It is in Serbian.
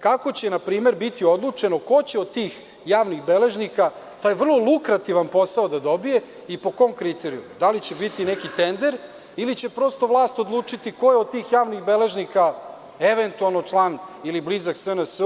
Kako će na primer biti odlučeno ko će od tih javnih beležnika, taj vrlo lukrativan posao da dobije i po kom kriterijumu, da li će biti neki tender ili će prosto vlast odlučiti koje od tih javnih beležnika eventualno član ili blizak SNS,